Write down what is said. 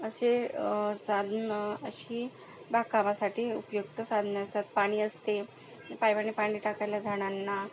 असे साधनं अशी बागकामासाठी उपयुक्त साधनं असतात पाणी असते पाईपाने पाणी टाकायला झाडांना